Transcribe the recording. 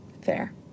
Fair